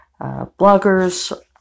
bloggers